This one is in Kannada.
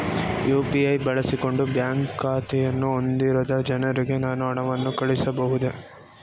ಯು.ಪಿ.ಐ ಬಳಸಿಕೊಂಡು ಬ್ಯಾಂಕ್ ಖಾತೆಯನ್ನು ಹೊಂದಿರದ ಜನರಿಗೆ ನಾನು ಹಣವನ್ನು ಕಳುಹಿಸಬಹುದೇ?